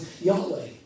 Yahweh